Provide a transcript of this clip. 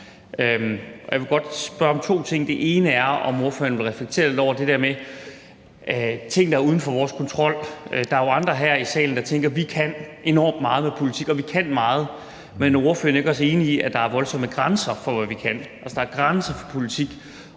Jeg vil godt spørge, om ordføreren vil reflektere lidt over det der med ting, der er uden for vores kontrol. Der er jo andre her i salen, der tænker: Vi kan enormt meget med politik. Og vi kan meget, men er ordføreren ikke også enig i, at der er voldsomme grænser for, hvad vi kan, altså at der er grænser for politik?